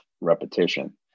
repetition